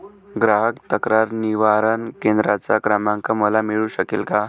ग्राहक तक्रार निवारण केंद्राचा क्रमांक मला मिळू शकेल का?